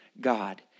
God